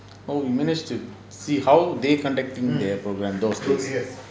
oh you manage to see how they conducting their programme those days